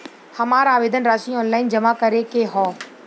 हमार आवेदन राशि ऑनलाइन जमा करे के हौ?